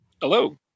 Hello